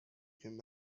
came